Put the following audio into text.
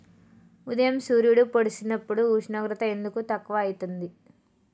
ఉదయం సూర్యుడు పొడిసినప్పుడు ఉష్ణోగ్రత ఎందుకు తక్కువ ఐతుంది?